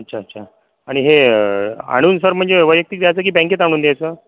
अच्छा अच्छा आणि हे आणून सर म्हणजे वैयक्तिक द्यायचं की बँकेत आणून द्यायचं